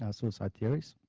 yeah suicide theories.